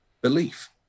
Belief